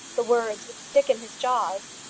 the words would stick in his jaws.